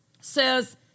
says